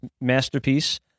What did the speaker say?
masterpiece